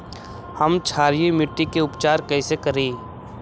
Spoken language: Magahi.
हम क्षारीय मिट्टी के उपचार कैसे करी?